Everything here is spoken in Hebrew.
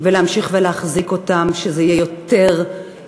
ושורש הבעיה הוא גם